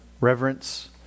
reverence